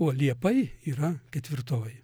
o liepai yra ketvirtoji